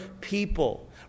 people